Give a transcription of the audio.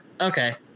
okay